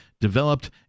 developed